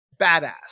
Badass